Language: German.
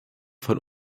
von